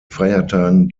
feiertagen